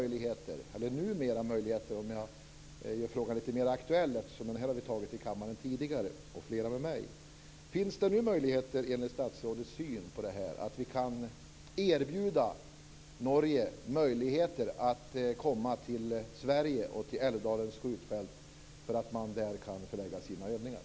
Jag vill göra frågan litet mer aktuell, eftersom flera med mig har talat om den i kammaren tidigare, och fråga statsrådet: Finns det enligt statsrådets syn på detta numera möjligheter att vi kan erbjuda Norge att komma till Sverige och till Älvdalens skjutfält för att där förlägga sina övningar?